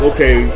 Okay